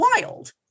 wild